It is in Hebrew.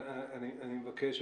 נתן, אני מבקש.